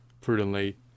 prudently